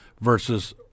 versus